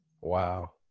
Wow